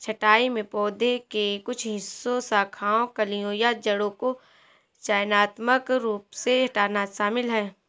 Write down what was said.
छंटाई में पौधे के कुछ हिस्सों शाखाओं कलियों या जड़ों को चयनात्मक रूप से हटाना शामिल है